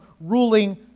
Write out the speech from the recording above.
ruling